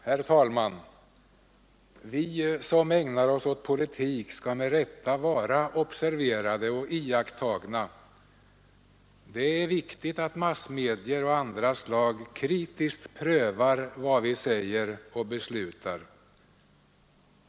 Herr talman! Vi som ägnar oss åt politik skall med rätta vara observerade och iakttagna. Det är viktigt att massmedier av olika slag kritiskt prövar vad vi säger och beslutar.